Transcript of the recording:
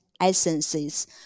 essences